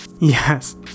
Yes